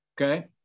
okay